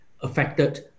affected